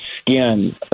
skin